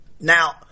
now